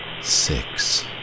Six